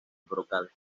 brocal